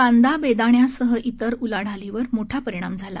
कांदा बेदाण्यासह इतर उलाढालीवर मोठा परिणाम झाला